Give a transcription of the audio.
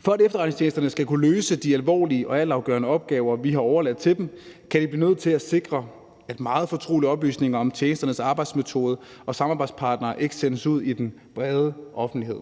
For at efterretningstjenesterne skal kunne løse de alvorlige og altafgørende opgaver, vi har overladt til dem, kan de blive nødt til at sikre, at meget fortrolige oplysninger om tjenesternes arbejdsmetode og samarbejdspartnere ikke sendes ud i den brede offentlighed.